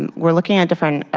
and we're looking at different